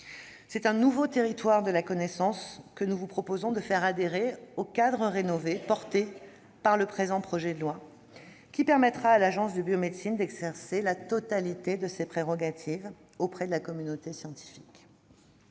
d'un nouveau territoire de la connaissance que nous vous proposons de faire adhérer au cadre rénové dont le présent projet de loi est porteur, afin que l'Agence de la biomédecine exerce la totalité de ses prérogatives auprès de la communauté scientifique.